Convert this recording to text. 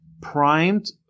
primed